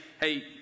hey